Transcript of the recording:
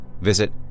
visit